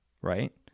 right